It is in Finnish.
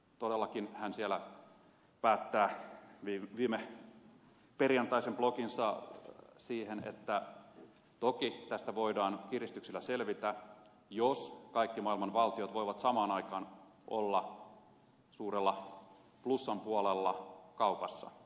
eli hän todellakin päättää viime perjantaisen bloginsa siihen että toki tästä voidaan kiristyksillä selvitä jos kaikki maailman valtiot voivat samaan aikaan olla suurella plussan puolella kaupassa